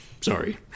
Sorry